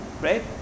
right